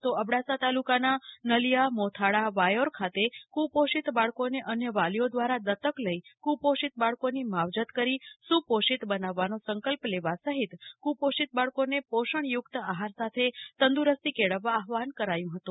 તો અબડાસા તાલુકાના નળિયા મોથાળા વાયોર ખાતે કુપોષિત બાળકોને અન્ય વાલીઓ દ્વારા દત્તક લઇ કુપોષિત બાળકોની માવજત કરી સુપોષિત બનાવવાનો સંકલ્પ લેવા સઠ્ઠીત કુપોષિત બાળકોને પોષણ યુક્ત આહાર સાથે તંદરસ્તી કેળવવા આહ્રાન કરાયું હતું